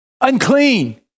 unclean